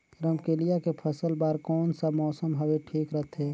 रमकेलिया के फसल बार कोन सा मौसम हवे ठीक रथे?